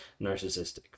narcissistic